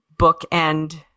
bookend